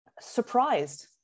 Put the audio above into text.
surprised